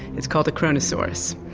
it's called the kronosaurus,